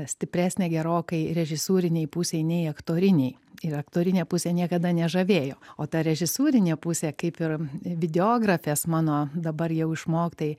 stipresnė gerokai režisūrinėj pusėj nei aktorinėj ir aktorinė pusė niekada nežavėjo o ta režisūrinė pusė kaip ir videografijos mano dabar jau išmoktai